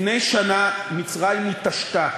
לפני שנה מצרים התעשתה.